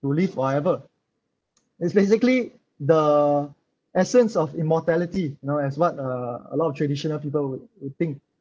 to live forever is basically the essence of immortality you know as what uh a lot of traditional people would would think